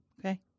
okay